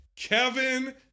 Kevin